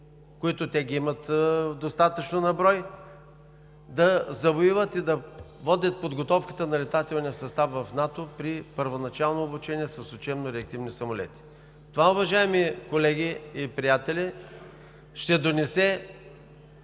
които те имат достатъчно на брой, да завоюват и да водят подготовката на летателния състав в НАТО при първоначално обучение с учебно-реактивни самолети. Това, уважаеми колеги и приятели, ще донесе